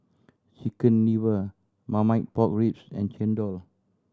Chicken Liver Marmite Pork Ribs and chendol